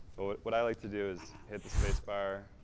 what i like to do is hit the spacebar,